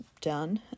done